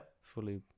fully